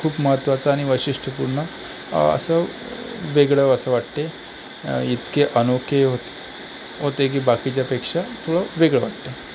ते खूप महत्वाचं आणि वैशिष्ट्यपूर्ण असं वेगळं असं वाटते इतके अनोखे होत होते की बाकीच्यापेक्षा थोडं वेगळं वाटते